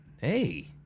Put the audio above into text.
Hey